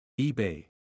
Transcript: eBay